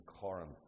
Corinth